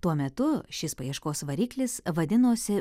tuo metu šis paieškos variklis vadinosi